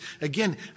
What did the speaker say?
again